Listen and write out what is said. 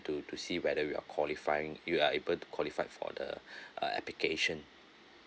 to to see whether you are qualifying you are able to qualify for the uh application